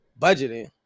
budgeting